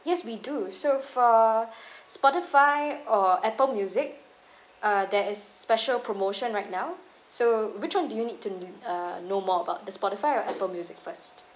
yes we do so for spotify or apple music uh there is special promotion right now so which one do you need to uh know more about the spotify or apple music first